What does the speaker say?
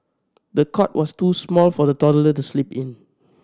the cot was too small for the toddler to sleep in